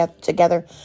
together